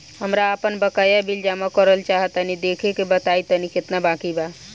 हमरा आपन बाकया बिल जमा करल चाह तनि देखऽ के बा ताई केतना बाकि बा?